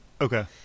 Okay